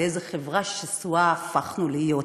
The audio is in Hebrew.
לאיזו חברה שסועה הפכנו להיות.